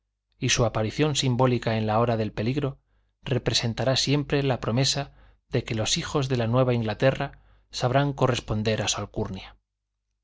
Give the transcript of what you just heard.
y su aparición simbólica en la hora del peligro representará siempre la promesa de que los hijos de la nueva inglaterra sabrán corresponder a